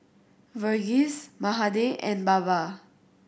Verghese Mahade and Baba